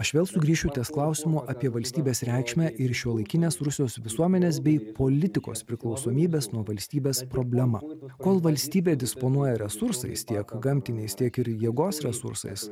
aš vėl sugrįšiu ties klausimo apie valstybės reikšmę ir šiuolaikinės rusijos visuomenės bei politikos priklausomybės nuo valstybės problemą tol kol valstybė disponuoja resursais tiek gamtiniais tiek ir jėgos resursais